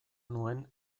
nuen